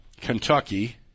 Kentucky